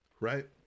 Right